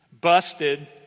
Busted